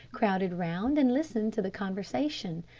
crowded round and listened to the conversation,